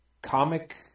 comic